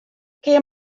kear